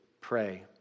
pray